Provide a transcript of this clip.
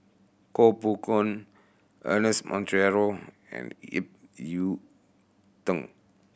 Koh Poh Koon Ernest Monteiro and Ip Yiu Tung